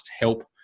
help